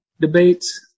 debates